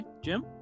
jim